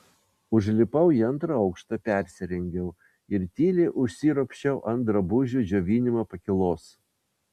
užlipau į antrą aukštą persirengiau ir tyliai užsiropščiau ant drabužių džiovinimo pakylos